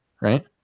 Right